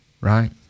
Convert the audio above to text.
Right